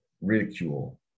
ridicule